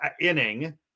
inning